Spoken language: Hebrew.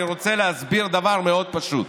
אני רוצה להסביר דבר מאוד פשוט: